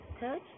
touch